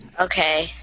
okay